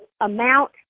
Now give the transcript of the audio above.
amount